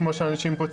כמו שאנשים פה ציינו,